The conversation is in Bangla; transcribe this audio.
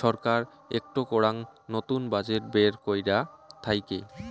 ছরকার একটো করাং নতুন বাজেট বের কইরা থাইকে